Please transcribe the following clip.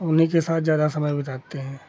उन्हीं के साथ ज़्यादा समय बिताते हैं